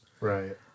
Right